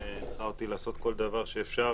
שהנחה אותי לעשות כל דבר שאפשר